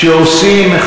אני אגיד לך.